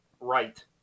right